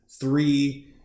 three